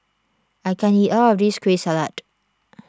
I can't eat all of this Kueh Salat